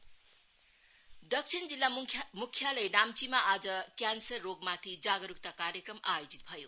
awareness cancer दक्षिण जिल्ला मुख्यालय नाम्चीमा आज क्यान्सर रोगमाथि जागरुकता कार्यक्रम आयोजित भयो